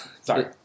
sorry